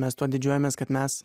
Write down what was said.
mes tuo didžiuojamės kad mes